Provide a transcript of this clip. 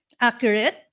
accurate